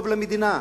טוב למדינה,